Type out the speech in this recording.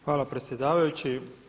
Hvala predsjedavajući.